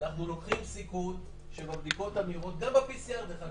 אנחנו לוקחים סיכון שבבדיקות המהירות גם ב-PCR דרך אגב,